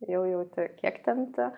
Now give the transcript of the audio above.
jau jauti kiek tempti